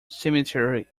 cemetery